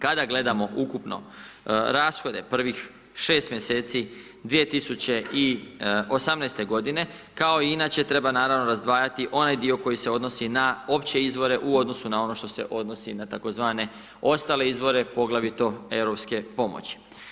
Kada gledamo ukupno rashode prvih 6 mjeseci 2018. godine kao i inače treba naravno razdvajati onaj dio koji se odnosi na opće izvore u odnosu na ono što se odnosi na tzv. ostale izvore, poglavito europske pomoći.